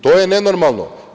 To je nenormalno.